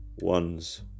ones